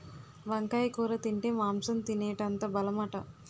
వంకాయ కూర తింటే మాంసం తినేటంత బలమట